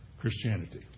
Christianity